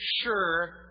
sure